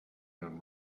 and